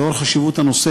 לאור חשיבות הנושא,